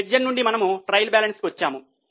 ledger నుండి మనము trial balance కు వచ్చాము